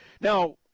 Now